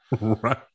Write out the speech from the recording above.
right